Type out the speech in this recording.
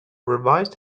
revised